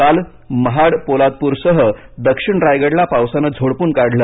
काल महाड पोलादप्रसह दक्षिण रायगडला पावसाने झोडपून काढलं